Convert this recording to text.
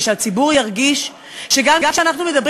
ושהציבור ירגיש שגם כשאנחנו מדברים